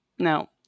No